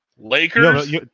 Lakers